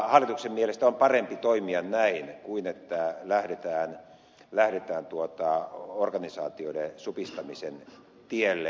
hallituksen mielestä on parempi toimia näin kuin lähteä organisaatioiden supistamisen tielle